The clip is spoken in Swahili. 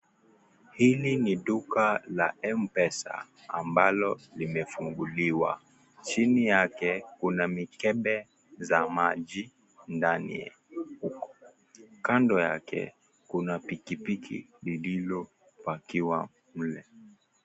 Hili ni duka la Mpesa ambalo limefunguliwa. Chini yake kuna mikebe za maji ndani huku. Kando yake kuna pikipiki lililopakiwa mle.